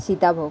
Sitabhog